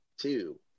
two